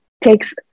takes